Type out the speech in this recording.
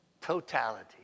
Totality